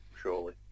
surely